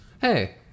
hey